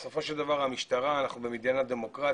בסופו של דבר אנחנו במדינה דמוקרטית.